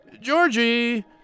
Georgie